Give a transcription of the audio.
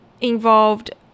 Involved